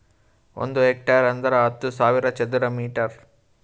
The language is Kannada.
ಒಂದ್ ಹೆಕ್ಟೇರ್ ಅಂದರ ಹತ್ತು ಸಾವಿರ ಚದರ ಮೀಟರ್